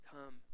Come